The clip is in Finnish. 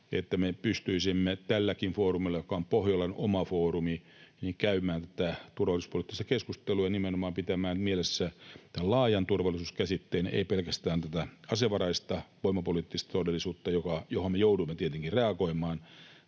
että me pystyisimme tälläkin foorumilla, joka on Pohjolan oma foorumi, käymään turvallisuuspoliittista keskustelua ja nimenomaan pitämään mielessä laajan turvallisuuskäsitteen, ei pelkästään tämän asevaraisen, voimapoliittisen, todellisuuden, johon me joudumme tietenkin reagoimaan,